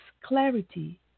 clarity